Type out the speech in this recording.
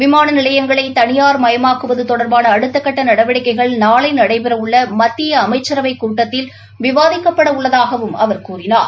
விமான நிலையங்களை தனியார்மயமாக்குவது தொடர்பான அடுத்தகட்ட நடவடிக்கைகள் நாளை நடைபெறவுள்ள மத்திய அமைச்சரவைக் கூட்டத்தில் விவாதிக்கப்படவுள்ளதாகவும் அவர் கூறினார்